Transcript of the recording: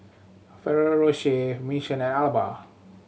Ferrero Rocher Mission and Alba